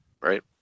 Right